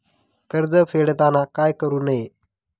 कर्ज फेडताना काय करु नये?